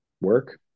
work